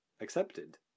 accepted